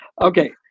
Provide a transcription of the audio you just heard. Okay